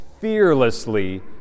fearlessly